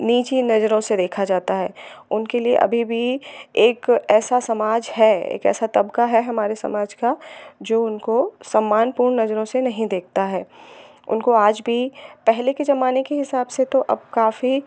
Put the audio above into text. नीची नज़रों से देखा जाता है उनके लिए अभी भी एक ऐसा समाज है एक ऐसा तबक़ा है हमारे समाज का जो उनको सम्मानपूर्ण नज़रों से नहीं देखता है उनको आज भी पहले के ज़माने के हिसाब से तो अब काफ़ी